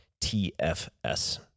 TFS